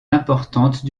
importante